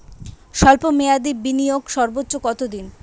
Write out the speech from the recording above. স্বল্প মেয়াদি বিনিয়োগ সর্বোচ্চ কত দিন?